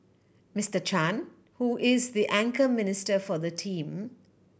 Mister Chan who is the anchor minister for the team